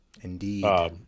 Indeed